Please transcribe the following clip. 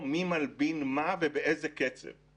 אז אני כמובן ארחיב ושתיים-שלוש המלצות לסיום.